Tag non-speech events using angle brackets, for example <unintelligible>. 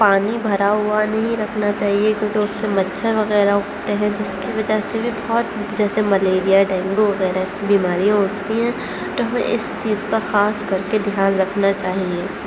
پانی بھرا ہوا نہیں رکھنا چاہیے کیونکہ اس سے مچھر وغیر <unintelligible> ہیں جس کی وجہ سے بھی بہت جیسے ملیریا ڈینگو وغیرہ بیماریاں ہوتی ہیں تو ہمیں اس چیز کا خاص کر کے دھیان رکھنا چاہیے